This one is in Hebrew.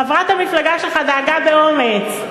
חברת המפלגה שלך נהגה באומץ,